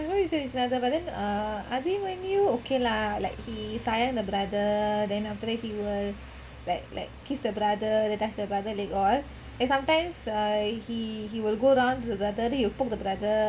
both disturb each another but then err abimanyu okay lah like he sayang the brother then after that he will like like kiss the brother then touch the brother leg all and sometimes he will go around the brother and he will poke the brother